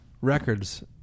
records